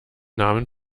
namen